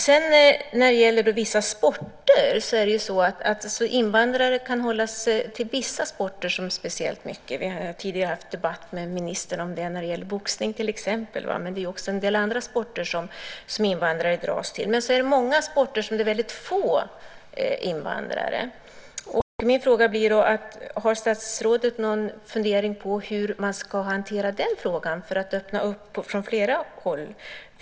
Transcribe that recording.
Invandrare håller sig speciellt mycket till vissa sporter. Tidigare har vi fört en debatt med ministern om det när det gäller boxning till exempel. Det finns också en del andra sporter som invandrare dras till. Det finns också många sporter där det är få invandrare. Min fråga blir: Har statsrådet någon fundering på hur man ska hantera den frågan för att öppna upp detta från flera håll?